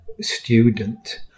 student